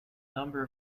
number